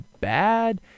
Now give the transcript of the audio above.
bad